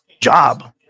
job